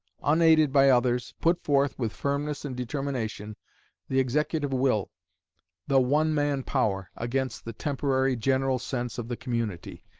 unaided by others, put forth with firmness and determination the executive will the one-man power against the temporary general sense of the community,